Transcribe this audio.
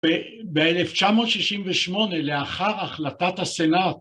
ב-1968 לאחר החלטת הסנאט